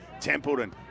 Templeton